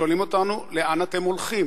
שואלים אותנו: לאן אתם הולכים?